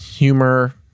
Humor